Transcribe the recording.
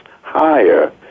higher